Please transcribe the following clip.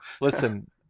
Listen